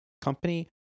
company